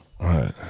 right